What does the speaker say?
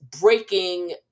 breaking